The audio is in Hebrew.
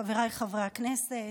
חבריי חברי הכנסת,